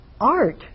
art